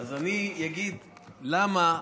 אני אגיד למה,